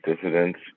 dissidents